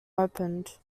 opened